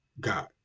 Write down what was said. god